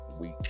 week